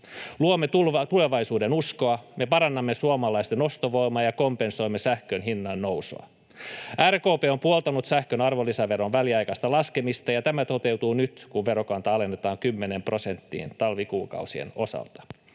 Luomme tulevaisuudenuskoa. Me parannamme suomalaisten ostovoimaa ja kompensoimme sähkönhinnan nousua. RKP on puoltanut sähkön arvonlisäveron väliaikaista laskemista, ja tämä toteutuu nyt, kun verokantaa alennetaan kymmeneen prosenttiin talvikuukausien osalta.